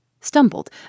stumbled